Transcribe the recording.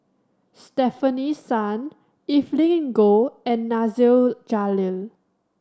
Stefanie Sun Evelyn Goh and Nasir Jalil